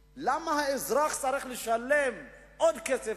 אי-אפשר להחזיר אותם אחר כך.